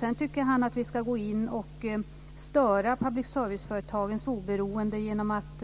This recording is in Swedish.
Han tycker att vi ska gå in och störa public service-företagens oberoende genom att